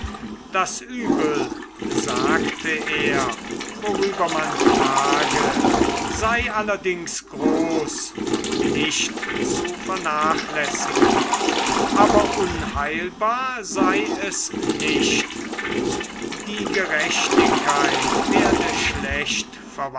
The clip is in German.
das uebel sagte er worüber man klage sei allerdings groß und nicht zu vernachlässigen aber unheilbar sei es nicht die gerechtigkeit werde schlecht